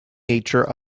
nature